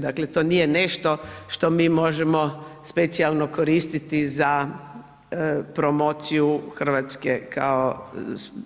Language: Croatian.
Dakle to nije nešto što mi možemo specijalno koristiti za promociju Hrvatske kao